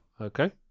Okay